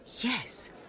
Yes